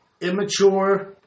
immature